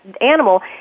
animal